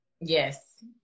Yes